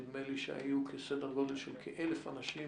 נדמה לי שהיו סדר גודל של כ-1000 אנשים